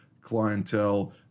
clientele